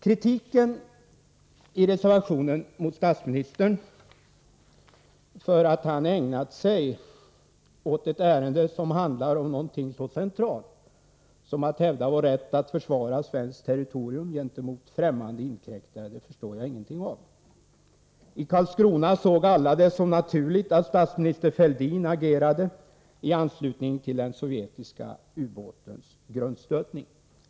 Kritiken i reservationen mot statsministern för att han ägnat sig åt ett ärende som handlar om någonting så centralt som att hävda vår rätt att försvara svenskt territorium gentemot främmande inkräktare förstår jag ingenting av. I Karlskrona såg alla det som naturligt att statsminister Fälldin agerade i anslutning till den sovjetiska ubåtens grundstötning.